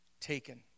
taken